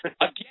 again